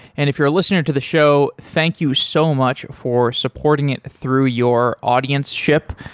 and if you're a listener to the show, thank you so much for supporting it through your audienceship.